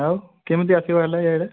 ଆଉ କେମିତି ଆସିବା ହେଲା ଇଆଡ଼େ